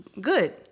good